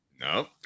No